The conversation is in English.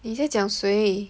你在讲谁